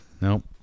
Nope